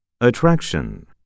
Attraction